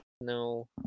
No